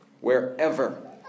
wherever